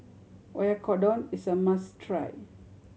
Oyakodon is a must try